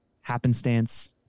happenstance